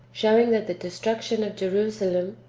showing that the destruction of jerusalem,